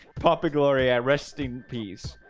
poppy gloria, rest in peace.